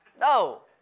No